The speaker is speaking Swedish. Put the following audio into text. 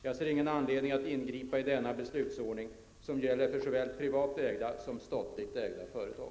Jag ser ingen anledning att ingripa i denna beslutsordning som gäller för såväl privat ägda som statligt ägda företag.